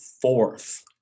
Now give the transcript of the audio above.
fourth